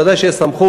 ודאי שיש סמכות,